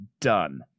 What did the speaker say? done